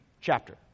chapter